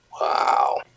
Wow